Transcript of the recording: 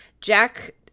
Jack